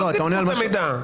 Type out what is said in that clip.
לא סיפקו את המידע.